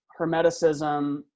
hermeticism